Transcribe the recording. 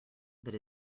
that